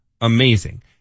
amazing